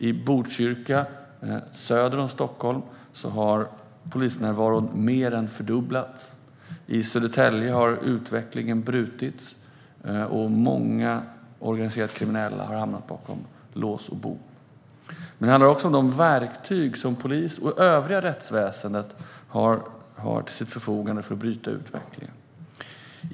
I Botkyrka söder om Stockholm har polisnärvaron mer än fördubblats. I Södertälje har utvecklingen brutits, och många organiserat kriminella har hamnat bakom lås och bom. Men det handlar också om de verktyg som polisen och det övriga rättsväsendet har till sitt förfogande för att bryta utvecklingen.